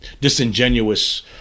disingenuous